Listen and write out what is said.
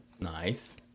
Nice